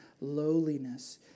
lowliness